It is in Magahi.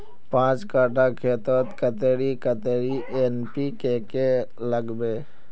पाँच कट्ठा खेतोत कतेरी कतेरी एन.पी.के के लागबे?